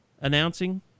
announcing